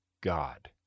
God